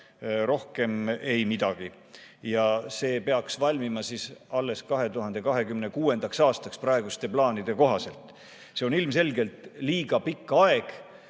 rohkem ei midagi. See peaks valmima alles 2026. aastaks praeguste plaanide kohaselt. See on ilmselgelt liiga pikk aeg.